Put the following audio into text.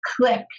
click